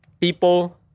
people